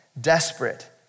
desperate